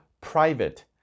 private